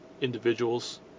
individuals